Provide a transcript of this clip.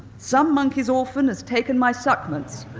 some monkey's orphan has taken my suckments